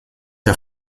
der